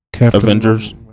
Avengers